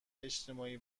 اجتماعی